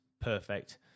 Perfect